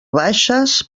baixes